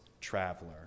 traveler